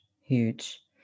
huge